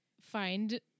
find